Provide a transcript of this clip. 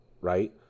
right